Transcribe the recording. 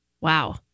Wow